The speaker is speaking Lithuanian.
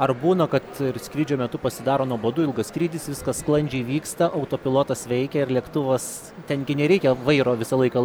ar būna kad skrydžio metu pasidaro nuobodu ilgas skrydis viskas sklandžiai vyksta autopilotas veikia ir lėktuvas ten gi nereikia vairo visą laiką